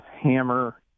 hammer